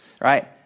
right